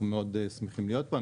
אנחנו מאוד שמחים להיות פה.